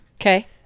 Okay